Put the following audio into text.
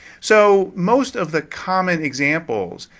so, most of the common examples,